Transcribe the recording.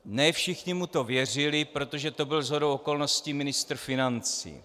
Ne všichni mu to věřili, protože to byl shodou okolností ministr financí.